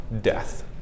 death